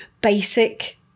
basic